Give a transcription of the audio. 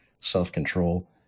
self-control